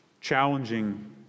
challenging